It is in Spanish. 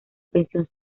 pensión